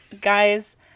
guys